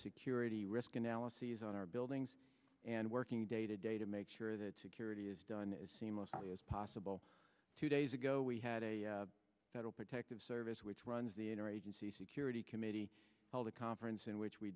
security risk analyses on our buildings and working day to day to make sure that security is done as seamlessly as possible two days ago we had a federal protective service which runs the inner agency security committee held a conference in which we